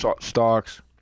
stocks